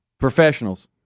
professionals